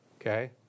okay